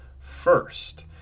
first